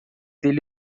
ele